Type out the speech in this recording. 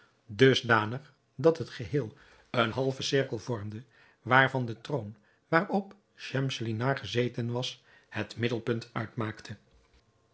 dusdanig dat het geheel een halven cirkel vormde waarvan de troon waarop schemselnihar gezeten was het middelpunt uitmaakte